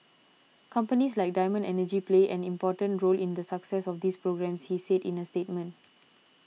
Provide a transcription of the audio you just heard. companies like Diamond Energy play an important role in the success of these programmes he said in a statement